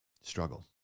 struggle